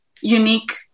unique